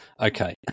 okay